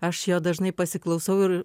aš jo dažnai pasiklausau ir